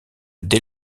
dès